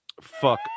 Fuck